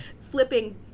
flipping